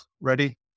ready